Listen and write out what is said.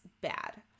bad